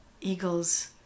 eagles